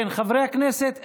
כן, חברי הכנסת,